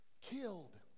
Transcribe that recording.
killed